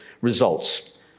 results